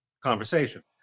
conversation